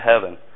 heaven